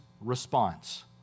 response